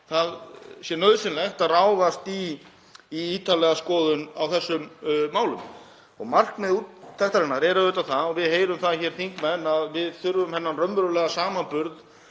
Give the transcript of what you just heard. það sé nauðsynlegt að ráðast í ítarlega skoðun á þessum málum. Markmið úttektarinnar er auðvitað það, og við þingmenn heyrum það hér, að við þurfum þennan raunverulegan samanburð